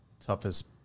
toughest